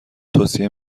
توصیه